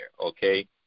okay